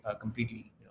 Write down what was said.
completely